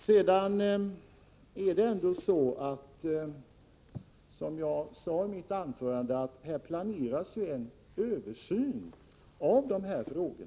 Onsdagen den Som jag sade i mitt anförande planeras det en översyn av dessa frågor.